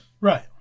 Right